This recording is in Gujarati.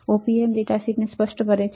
op amp ડેટા શીટ તેને સ્પષ્ટ કરે છે